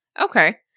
okay